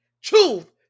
Truth